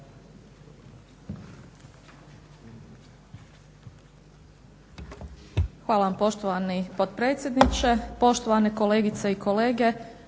Hvala vam poštovani potpredsjedniče, poštovane kolegice i kolege,